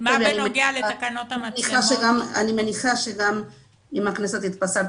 אני מניחה שגם אם הכנסת תתפזר,